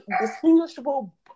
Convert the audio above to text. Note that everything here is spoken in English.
distinguishable